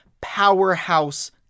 powerhouse